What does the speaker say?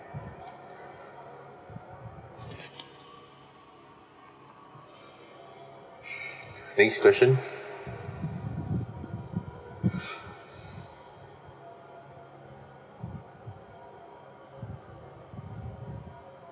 next question